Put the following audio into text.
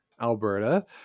Alberta